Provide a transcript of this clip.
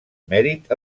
mèrit